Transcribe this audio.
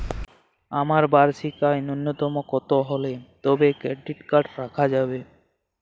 আমার বার্ষিক আয় ন্যুনতম কত হলে তবেই ক্রেডিট কার্ড রাখা যাবে?